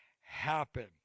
happen